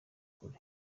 ukuri